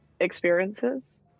experiences